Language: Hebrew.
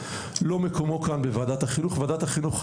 לא מקומו כאן בוועדת החינוך,